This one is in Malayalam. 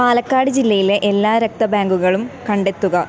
പാലക്കാട് ജില്ലയിലെ എല്ലാ രക്ത ബാങ്കുകളും കണ്ടെത്തുക